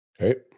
Okay